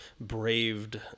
braved